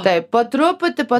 taip po truputį po